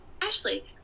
Ashley